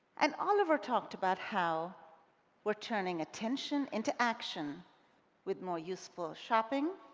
and oliver talked about how we're turning attention into action with more useful shopping,